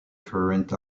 current